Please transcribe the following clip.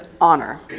honor